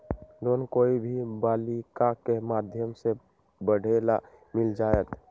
Loan कोई भी बालिका के माध्यम से पढे ला मिल जायत?